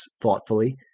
thoughtfully